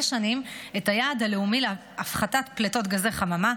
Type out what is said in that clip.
שנים את היעד הלאומי להפחתת פליטות של גזי חממה,